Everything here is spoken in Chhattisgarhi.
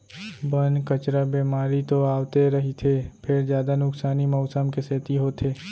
बन, कचरा, बेमारी तो आवते रहिथे फेर जादा नुकसानी मउसम के सेती होथे